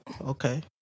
Okay